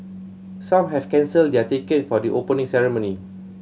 some have cancelled their ticket for the Opening Ceremony